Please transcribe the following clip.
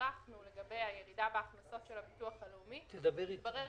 שהערכנו לגבי הירידה בהכנסות של הביטוח הלאומי התברר